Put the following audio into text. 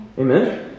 Amen